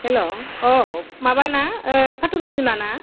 हेल' औ माबा ना फाथ'राज बिमा ना